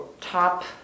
top